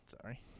sorry